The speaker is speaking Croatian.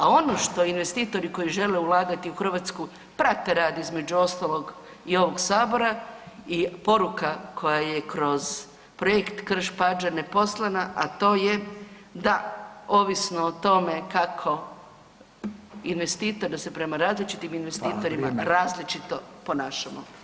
A ono što investitori koji žele ulagati u Hrvatsku prate rad između ostalog i ovog sabora i poruka koja je kroz projekt Krš-Pađene poslana, a to je da ovisno o tome kako investitor, da se prema različitim investitorima [[Upadica: Hvala, vrijeme.]] različito ponašamo.